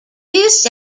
this